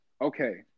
Okay